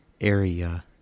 area